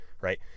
right